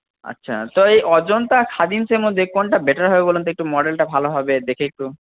আচ্ছা তো এই অজন্তা আর খাদিমসের মধ্যে কোনটা বেটার হবে বলুন তো একটু মডেলটা ভালোভাবে দেখে একটু